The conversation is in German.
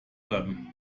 bleiben